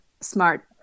smart